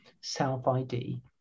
self-id